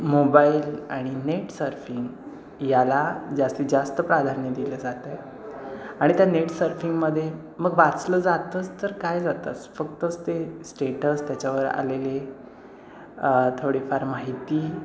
mobile आणि net surfing याला जास्तीत जास्त प्राधान्य दिलं जात आहे आणि त्या नेट सर्फिंगमध्ये मग वाचलं जातंच तर काय जातंच फक्तच ते स्टेटस त्याच्यावर आलेले थोडीफार माहिती